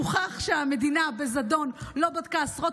שהוכח שהמדינה בזדון לא בדקה עשרות